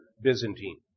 Byzantine